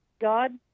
God